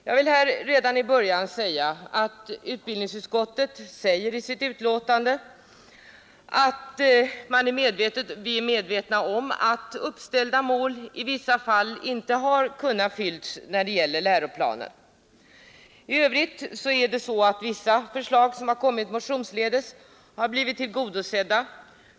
Jag vill här redan i början säga att utbildningsutskottet i sitt betänkande framhåller att vi är medvetna om att uppställda mål i vissa fall inte har kunnat uppfyllas när det gäller läroplanen. I övrigt har vissa förslag, som kommit motionsledes, blivit tillgodosedda.